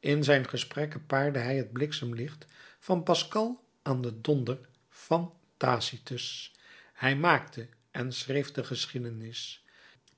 in zijn gesprekken paarde hij het bliksemlicht van pascal aan den donder van tacitus hij maakte en schreef de geschiedenis